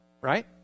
right